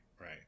right